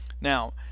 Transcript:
Now